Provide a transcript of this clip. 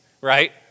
right